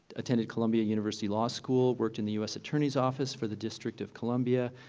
attended columbia university law school, worked in the u s. attorney's office for the district of columbia,